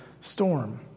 storm